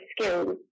skills